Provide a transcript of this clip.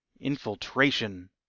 Infiltration